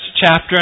chapter